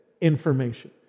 information